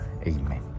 amen